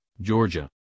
georgia